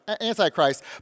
Antichrist